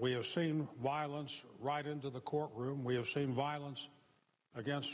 we have seen violence right into the courtroom we have seen violence against